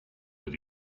that